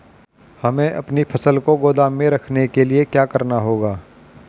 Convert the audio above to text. हमें अपनी फसल को गोदाम में रखने के लिये क्या करना होगा?